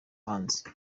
bahanzi